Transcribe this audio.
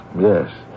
Yes